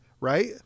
right